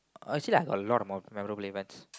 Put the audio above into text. uh you see lah I got a lot of memorable events